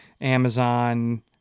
Amazon